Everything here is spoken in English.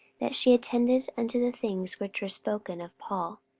that she attended unto the things which were spoken of paul.